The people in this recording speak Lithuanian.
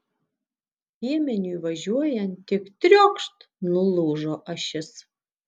piemeniui važiuojant tik triokšt nulūžo ašis